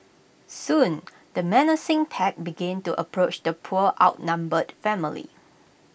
soon the menacing pack began to approach the poor outnumbered family